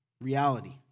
Reality